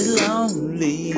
lonely